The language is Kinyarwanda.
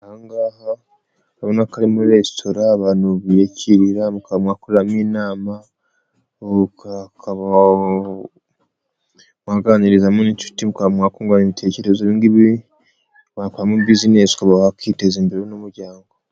Ahangaha urabona ko ari muri Resitora abantu biyakirira mukaba mwakoreramo inama, ukaba waganiriramo n'inshuti mukungurana ibitekerezo wakoramo buzinesi wakiteza imbere wowe n'umuryango